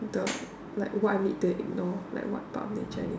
the like what I need to ignore like what part of nature